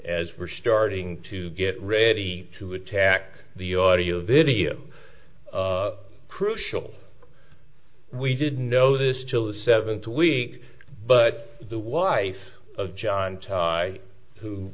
as we're starting to get ready to attack the audio video crucial we didn't know this till the seventh week but the wife of john tai who